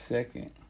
Second